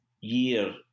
year